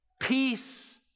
peace